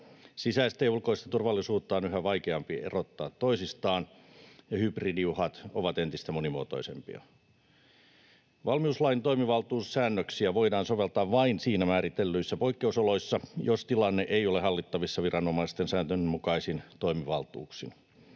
Sisäistä ja ulkoista turvallisuutta on yhä vaikeampi erottaa toisistaan, ja hybridiuhat ovat entistä monimuotoisempia. Valmiuslain toimivaltuussäännöksiä voidaan soveltaa vain siinä määritellyissä poikkeusoloissa, jos tilanne ei ole hallittavissa viranomaisten säännönmukaisin toimivaltuuksin.